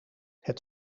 het